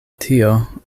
tio